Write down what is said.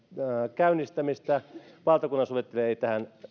käynnistämistä valtakunnansovittelija ei tähän